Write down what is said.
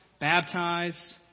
baptize